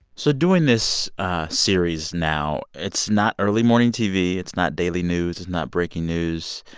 so doing this series now, it's not early morning tv. it's not daily news. it's not breaking news.